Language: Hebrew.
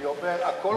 אני אומר: הכול חיובי.